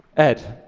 ed,